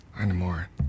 anymore